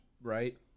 right